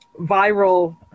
viral